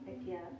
again